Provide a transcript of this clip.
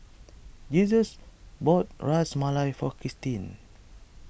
Jesus bought Ras Malai for Kristine